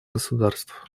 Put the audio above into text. государств